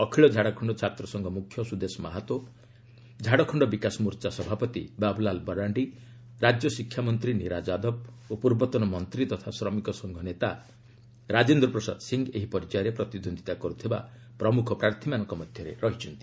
ଅଖିଳ ଝାଡ଼ଖଣ୍ଡ ଛାତ୍ରସଂଘ ମୁଖ୍ୟ ସୁଦେଶ ମାହତୋ ଝାଡ଼ଖଣ୍ଡ ବିକାଶମୋର୍ଚ୍ଚା ସଭାପତି ବାବୁଲାଲ ମରାଣ୍ଡି ରାଜ୍ୟ ଶିକ୍ଷାମନ୍ତ୍ରୀ ନୀରା ଯାଦବ ଓ ପୂର୍ବତନ ମନ୍ତ୍ରୀ ତଥା ଶ୍ରମିକସଂଘ ନେତା ରାଜେନ୍ଦ୍ର ପ୍ରସାଦ ସିଂହ ଏହି ପର୍ଯ୍ୟାୟରେ ପ୍ରତିଦ୍ୱନ୍ଦ୍ୱିତା କରୁଥିବା ପ୍ରମୁଖ ପ୍ରାର୍ଥୀମାନଙ୍କ ମଧ୍ୟରେ ରହିଛନ୍ତି